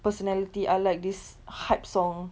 personality I like this hype song